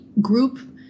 group